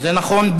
זה נכון.